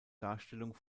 darstellung